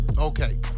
Okay